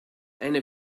eine